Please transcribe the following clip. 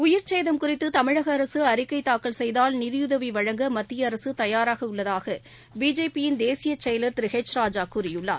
உயிர்ச் சேதம் குறித்துதமிழகஅரசுஅறிக்கைதாக்கல் செய்தால் நிதியுதவிவழங்க மத்தியஅரசுதயாராகஉள்ளதாகபிஜேபியின் தேசியசெயலர் திருஹெச் ராஜாகூறியுள்ளார்